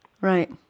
right